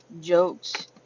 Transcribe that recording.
jokes